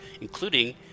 including